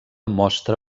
mostra